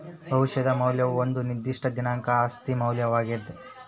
ಭವಿಷ್ಯದ ಮೌಲ್ಯವು ಒಂದು ನಿರ್ದಿಷ್ಟ ದಿನಾಂಕದ ಆಸ್ತಿಯ ಮೌಲ್ಯವಾಗ್ಯತೆ